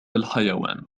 الحيوان